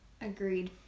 Agreed